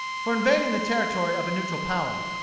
for invading the territory of a neutral power.